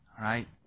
right